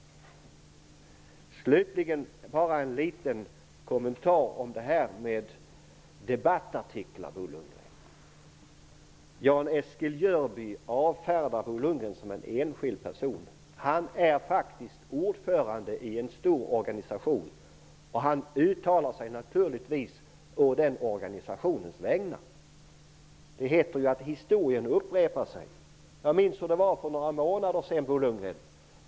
Jag vill slutligen göra en liten kommentar om debattartiklar, Bo Lundgren. Bo Lundgren avfärdar Jan-Eskil Jörby som en enskild person. Han är faktiskt ordförande i en stor organisation, och han uttalar sig naturligtvis å den organisationens vägnar. Det heter att historien upprepar sig. Jag minns hur det var för några månader sedan, Bo Lundgren.